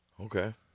Okay